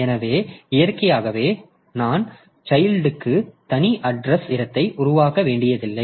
எனவே இயற்கையாகவே நான் சைல்ட்க்கு தனி அட்ரஸ் இடத்தை உருவாக்க வேண்டியதில்லை